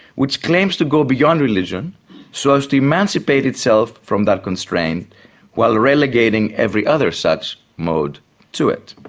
which claims to go beyond religion so as to emancipate itself from that constraint while relegating every other such mode to it.